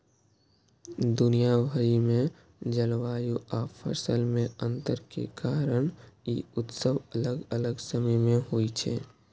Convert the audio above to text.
दुनिया भरि मे जलवायु आ फसल मे अंतर के कारण ई उत्सव अलग अलग समय मे होइ छै